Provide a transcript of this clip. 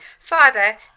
Father